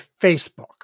Facebook